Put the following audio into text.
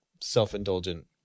self-indulgent